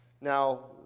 Now